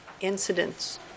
incidents